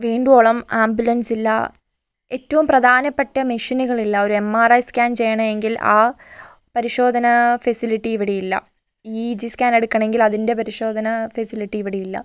വേണ്ടുവോളം ആംബുലൻസ് ഇല്ല ഏറ്റവും പ്രധാനപ്പെട്ട മിഷ്യനുകളില്ല ഒരു എം അർ ഐ സ്കാൻ ചെയ്യണമെങ്കിൽ ആ പരിശോധന ഫെസിലിറ്റി ഇവിടെ ഇല്ല ഇ ഇ ജി സ്കാൻ എടുക്കണമെങ്കിൽ അതിൻ്റെ പരിശോധന ഫെസിലിറ്റി ഇവിടെ ഇല്ല